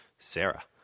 Sarah